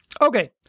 Okay